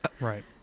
right